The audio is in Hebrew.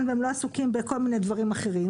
והם לא עסוקים בכל מיני דברים אחרים